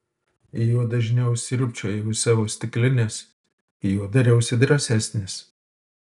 juo dažniau sriubčiojau iš savo stiklinės juo dariausi drąsesnis